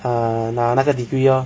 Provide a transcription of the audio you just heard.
err 拿那个 degree lor